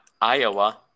Iowa